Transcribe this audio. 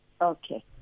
Okay